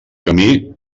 camí